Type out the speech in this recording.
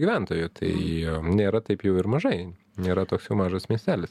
gyventojų tai nėra taip jau ir mažai nėra toks jau mažas miestelis